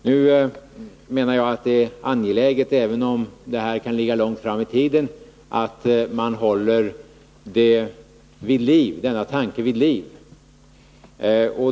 Nu menar jag att det är angeläget —- även om det här kan ligga långt fram i tiden — att denna tanke hålls vid liv.